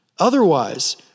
Otherwise